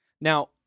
Now